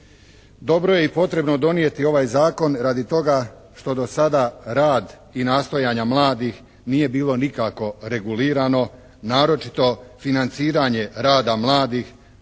Dobro je i potrebno donijeti ovaj zakon radi toga što do sada rad i nastojanja mladih nije bilo nikako regulirano naročito financiranje rada mladih.